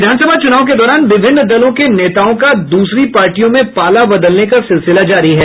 विधानसभा चूनाव के दौरान विभिन्न दलों के नेताओं का दूसरी पार्टियों में पाला बदलने का सिलसिला जारी है